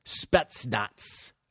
Spetsnaz